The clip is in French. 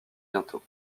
bientôt